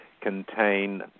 contain